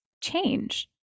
change